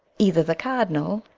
either the cardinall,